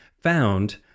found